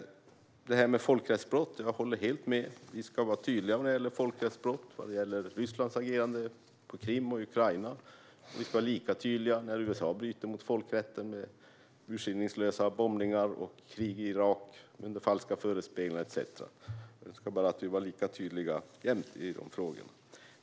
Jag håller helt med om att vi ska vara tydliga när det gäller folkrättsbrott, till exempel vad gäller Rysslands agerande på Krim och i Ukraina, och vi ska vara lika tydliga när USA bryter mot folkrätten med urskillningslösa bombningar och krig i Irak under falska förespeglingar etcetera. Jag önskar bara att vi var lika tydliga jämt i dessa frågor.